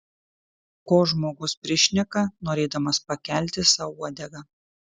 ko žmogus prišneka norėdamas pakelti sau uodegą